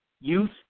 Youth